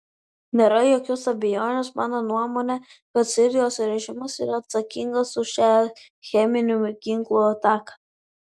nėra jokios abejonės mano nuomone kad sirijos režimas yra atsakingas už šią cheminių ginklų ataką